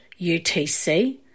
UTC